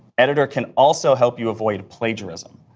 editor can also help you avoid plagiarism.